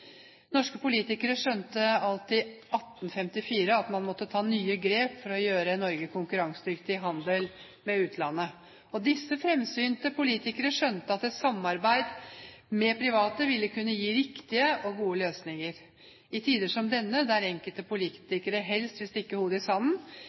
Norske politikere skjønte alt i 1854 at man måtte ta nye grep for å gjøre Norge konkurransedyktig i handel med utlandet. Og disse fremsynte politikere skjønte at et samarbeid med private ville kunne gi riktige og gode løsninger. I tider som disse, der enkelte